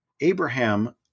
Abraham